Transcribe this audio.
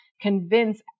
convince